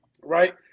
right